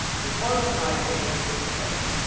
we're closed tonight in daniel twelve